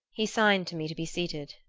he signed to me to be seated.